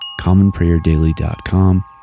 commonprayerdaily.com